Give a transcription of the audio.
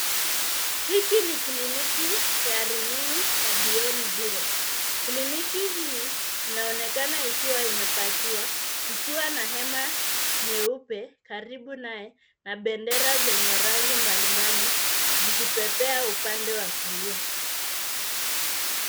Hii ni kliniki ya rununu ya Beyond Zero. Kliniki hii inaonekana ikiwa imepakiwa, ikiwa na hema jeupe karibu nayo, na bendera zenye rangi mbalimbali zikipepea upande wa kulia.